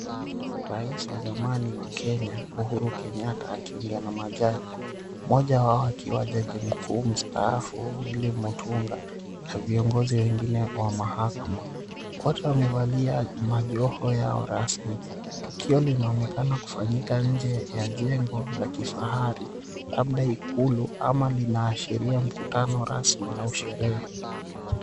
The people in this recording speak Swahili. Rais wa zamani wa 𝐾enya Uhuru Kenyatta, akiongea na majaji. Mmoja wao akiwa jaji mkuu mstaafu, Willy Mutunga, na viongozi wengine wa mahakama. Wote wamevalia majoho yao rasmi. Tukio linaonekana kufanyika nje ya jengo la kifahari, labda ikulu. Ama linaashiria mkutano rasmi au sherehe.